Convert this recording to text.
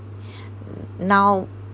now